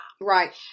Right